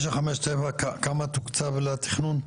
959, כמה תוקצב לתכנון?